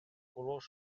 color